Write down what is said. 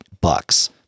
bucks